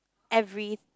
every